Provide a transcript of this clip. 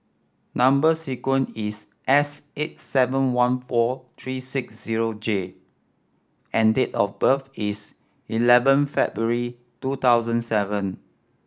number sequence is S eight seven one four three six zero J and date of birth is eleven February two thousand seven